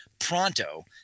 Pronto